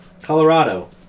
Colorado